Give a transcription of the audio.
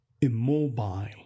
immobile